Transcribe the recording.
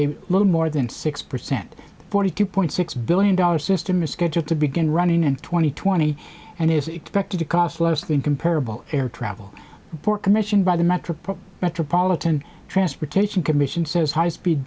a little more than six percent forty two point six billion dollars system is scheduled to begin running and twenty twenty and is expected to cost less than comparable air travel report commissioned by the metropolitan metropolitan transportation commission says high speed